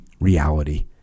reality